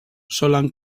solen